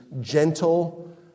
gentle